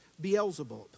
Beelzebub